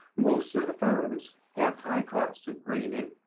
most of the firms have high costs of greening,